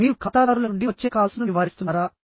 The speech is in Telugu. మీరు ఖాతాదారుల నుండి వచ్చే కాల్స్ను నివారిస్తున్నారా